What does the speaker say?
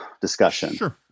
discussion